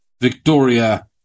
Victoria